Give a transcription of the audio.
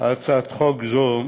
בהצעת חוק זו,